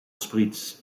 spritz